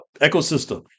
ecosystem